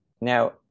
Now